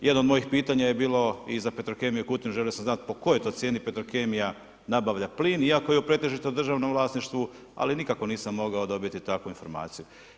Jedno od mojih pitanja je bilo i za Petrokemiju Kutinu, želio sam znat po kojoj to cijeni Petrokemija nabavlja plin iako je u pretežito državnom vlasništvu, ali nikako nisam mogao dobiti takvu informaciju.